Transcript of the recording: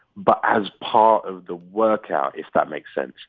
but as part of the workout, if that makes sense.